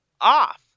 off